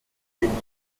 fehlen